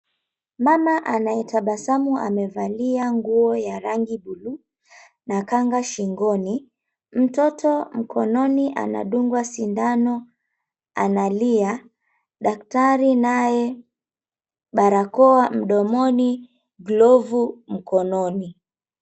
Mama anayetabasamu amevalia nguo ya rangi bluu na kanga shingoni, mtoto mkononi anadungwa sindano analia, daktari naye barakoa mdomoni, glovu mkononi.